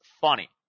funny